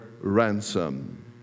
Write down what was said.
ransom